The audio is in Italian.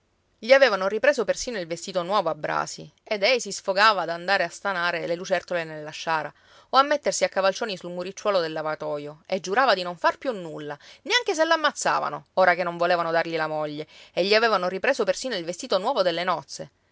gli avevano ripreso persino il vestito nuovo a brasi ed ei si sfogava ad andare a stanare le lucertole nella sciara o a mettersi a cavalcioni sul muricciuolo del lavatoio e giurava di non far più nulla neanche se l'ammazzavano ora che non volevano dargli la moglie e gli avevano ripreso persino il vestito nuovo delle nozze